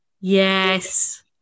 Yes